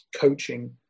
coaching